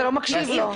אתה לא מקשיב לו.